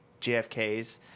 GFKs